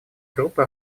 группы